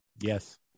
Yes